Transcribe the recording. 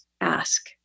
ask